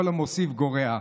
כל המוסיף גורע.